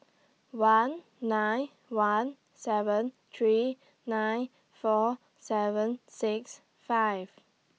one nine one seven three nine four seven six five